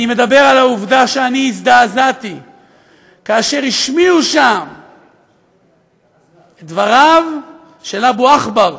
אני מדבר על העובדה שאני הזדעזעתי כאשר השמיעו שם את דבריו של אבו עכבר,